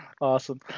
awesome